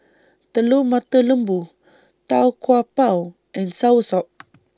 Telur Mata Lembu Tau Kwa Pau and Soursop